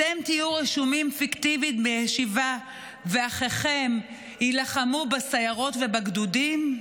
אתם תהיו רשומים פיקטיבית בישיבה ואחיכם יילחמו בסיירות ובגדודים?